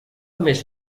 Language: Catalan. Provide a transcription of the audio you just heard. més